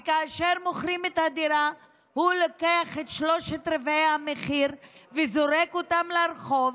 וכאשר מוכרים את הדירה הוא לוקח את שלושת רבעי המחיר וזורק אותם לרחוב,